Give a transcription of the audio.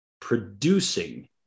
producing